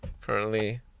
currently